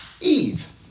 Eve